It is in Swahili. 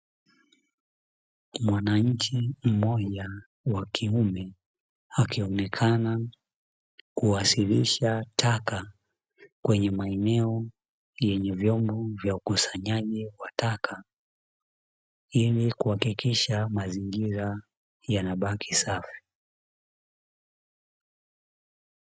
Mwananchi mmoja wa kiume akionekana kuwasilisha taka kwenye maeneo yenye vyombo vya ukusanyaji wa taka, ili kuhakikisha mazingira yanabaki safi.